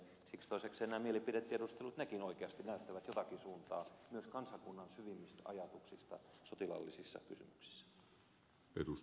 siksi toisekseen nämä mielipidetiedustelut nekin oikeasti näyttävät jotakin suuntaa myös kansakunnan syvimmistä ajatuksista sotilaallisissa kysymyksissä